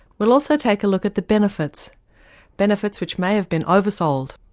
we'll also take a look at the benefits benefits which may have been oversold.